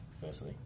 Firstly